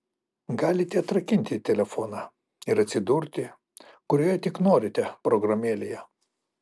galite atrakinti telefoną ir atsidurti kurioje tik norite programėlėje